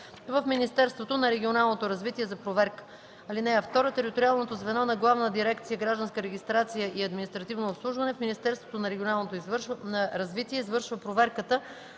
в Министерството на регионалното развитие за проверка. (2) Териториалното звено на Главна дирекция „Гражданска регистрация и административно обслужване” в Министерството на регионалното развитие извършва проверката